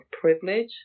privilege